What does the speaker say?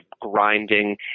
grinding